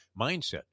mindset